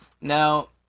Now